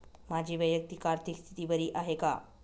माझी वैयक्तिक आर्थिक स्थिती बरी आहे का?